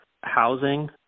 housing